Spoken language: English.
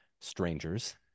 strangers